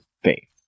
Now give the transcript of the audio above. faith